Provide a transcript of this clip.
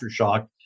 Aftershock